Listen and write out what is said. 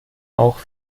auch